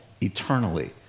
eternally